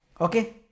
Okay